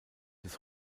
des